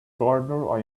gardener